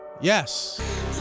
Yes